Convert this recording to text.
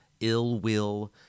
ill-will